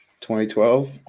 2012